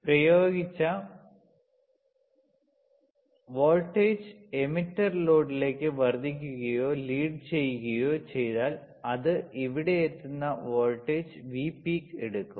പ്രയോഗിച്ച voltage emitter ലോഡിലേക്ക് വർദ്ധിക്കുകയോ ലീഡ് ചെയ്യുകയോ ചെയ്താൽ അത് ഇവിടെ എത്തുന്ന വോൾട്ടേജ് V peak എടുക്കും